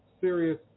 serious